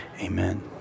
amen